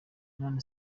none